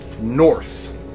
North